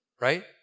right